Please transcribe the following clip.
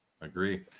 agree